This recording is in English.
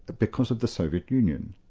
ah because of the soviet union.